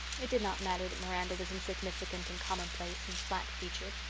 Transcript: it did not matter that miranda was insignificant and commonplace and flat-featured.